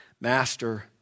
Master